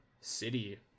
city